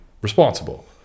responsible